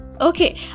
Okay